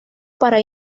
para